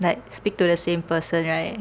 like speak to the same person right